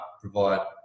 provide